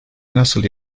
nasıl